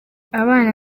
abana